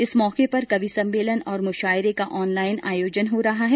इस मौके पर कवि सम्मेलन और मुशायरे का ऑनलाइन आयोजन हो रहा है